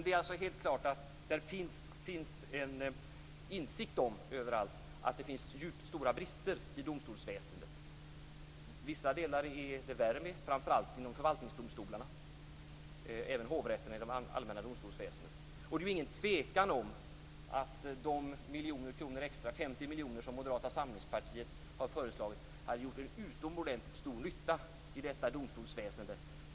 Det är alltså helt klart att det överallt finns en insikt om att det finns stora brister i domstolsväsendet. Vissa delar är det värre med än andra, det handlar framför allt om förvaltningsdomstolarna. Det handlar även om hovrätterna inom det allmänna domstolsväsendet. Det råder ingen tvekan om att de 50 miljoner kronor extra som Moderata samlingspartiet har föreslagit hade gjort utomordentligt stor nytta i detta domstolsväsende.